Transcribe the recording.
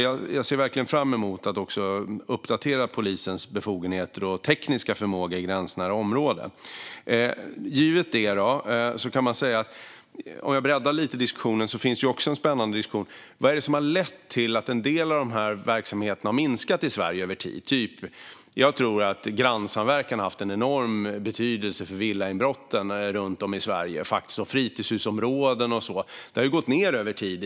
Jag ser därför verkligen fram emot att uppdatera polisens befogenheter och tekniska förmåga i gränsnära områden. Jag ska bredda diskussionen lite grann. Vad är det som har lett till att en del av dessa verksamheter har minskat i Sverige över tid? Jag tror att grannsamverkan har haft en enorm betydelse för att villainbrotten och inbrotten i fritidshusområden runt om i Sverige har minskat över tid.